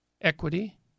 equity